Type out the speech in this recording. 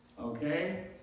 Okay